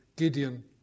Gideon